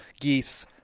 geese